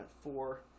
four